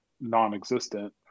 non-existent